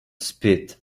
spit